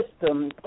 system